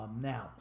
Now